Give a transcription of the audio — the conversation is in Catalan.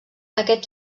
aquest